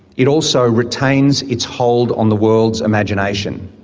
it also retains its hold on the world's imagination.